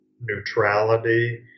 neutrality